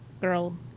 girl